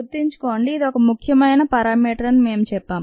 గుర్తుంచుకోండి ఇది ఒక ముఖ్యమైన పరామీటర్ అని మేం చెప్పాం